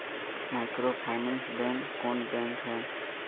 Microfinance bank कौन bank है?